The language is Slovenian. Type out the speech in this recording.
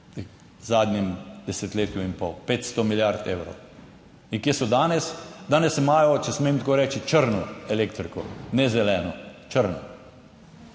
v zadnjem desetletju in pol 500 milijard evrov. In kje so danes? Danes imajo, če smem tako reči, črno elektriko, ne zeleno, črno.